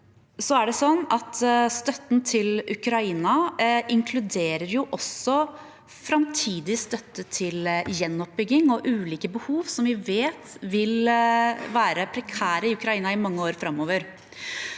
Støtten til Ukraina inkluderer også framtidig støtte til gjenoppbygging og ulike behov som vi vet vil være prekære i landet i mange år framover.